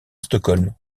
stockholm